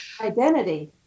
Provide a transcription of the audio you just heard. Identity